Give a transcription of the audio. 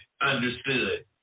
understood